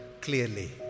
clearly